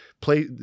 play